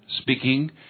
speaking